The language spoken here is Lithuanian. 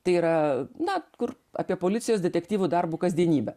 tai yra na kur apie policijos detektyvų darbų kasdienybę